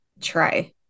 try